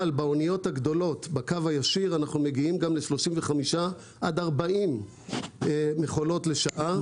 אבל באניות הגדולות בקו הישיר אנחנו מגיעים גם ל-40-35 מכולות לשעה.